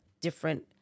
different